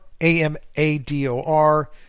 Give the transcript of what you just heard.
A-M-A-D-O-R